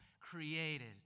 created